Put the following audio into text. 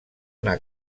una